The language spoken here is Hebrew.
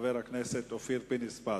חבר הכנסת אופיר פינס-פז.